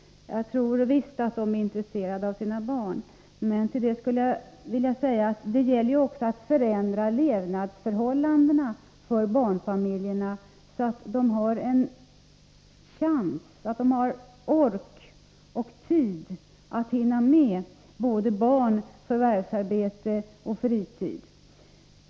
Visst är de det! Men det gäller att förändra levnadsförhållandena för barnfamiljerna, så att de får tid och ork för både barn, förvärvsarbete och fritid.